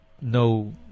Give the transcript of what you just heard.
no